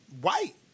White